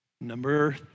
Number